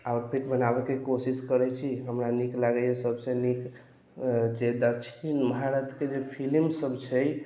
outfit बनाबऽके कोशिश करैत छी हमरा नीक लागैया सभसँ नीक जे दक्षिण भारतके जे फिलिम सभ छै